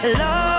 love